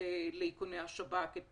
לאיכוני השב"כ את